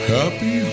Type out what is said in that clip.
Happy